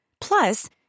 Plus